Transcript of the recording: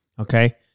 Okay